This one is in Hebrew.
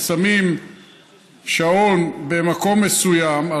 ששמים שעון במקום מסוים,